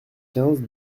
quinze